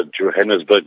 Johannesburg